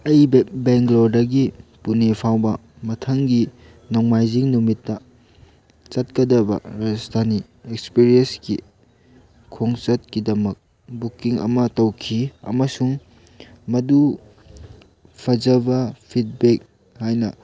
ꯑꯩ ꯕꯦꯡꯒ꯭ꯂꯣꯔꯗꯒꯤ ꯄꯨꯅꯦ ꯐꯥꯎꯕ ꯃꯊꯪꯒꯤ ꯅꯣꯡꯃꯥꯏꯖꯤꯡ ꯅꯨꯃꯤꯠ ꯆꯠꯀꯗꯕ ꯔꯥꯖꯊꯥꯅꯤ ꯑꯦꯛꯁꯄ꯭ꯔꯦꯁꯀꯤ ꯈꯣꯡꯆꯠꯀꯤꯗꯃꯛ ꯕꯨꯛꯀꯤꯡ ꯑꯃ ꯇꯧꯈꯤ ꯑꯃꯁꯨꯡ ꯃꯗꯨ ꯐꯖꯕ ꯐꯤꯗꯕꯦꯛ ꯍꯥꯏꯅ